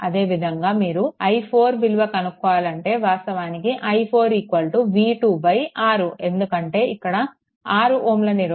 అదే విధంగా మీరు i4 విలువ కనుక్కోవాలి అంటే వాస్తవానికి i4 v2 6 ఎందుకంటే ఇక్కడ 6 Ω నిరోధకం ఉంది